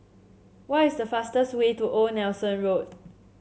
what is the fastest way to Old Nelson Road